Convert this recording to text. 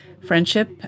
friendship